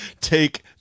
Take